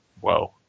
whoa